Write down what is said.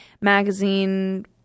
magazine